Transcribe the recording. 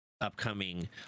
upcoming